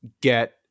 get